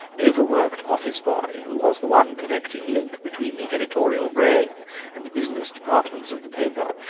overworked office-boy, who was the one connecting link between the editorial brain and the business departments of the paper,